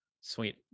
Sweet